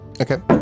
Okay